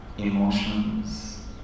emotions